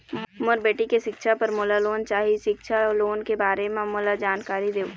मोर बेटी के सिक्छा पर मोला लोन चाही सिक्छा लोन के बारे म मोला जानकारी देव?